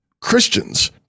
Christians